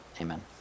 amen